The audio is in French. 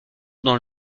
dans